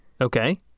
Okay